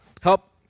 help